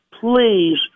Please